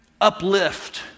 uplift